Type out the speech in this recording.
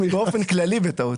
נביא עמדה לדיון הבא,